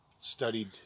studied